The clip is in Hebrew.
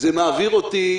זה מעביר אותי,